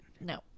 No